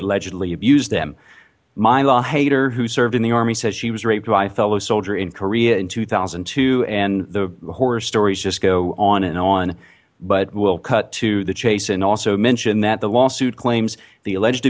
allegedly abused them myla haider who served in the army says she was raped by a fellow soldier in korea in two thousand and two and the horror stories just go on and on but we'll cut to the chase and also mention that the lawsuit claims the alleged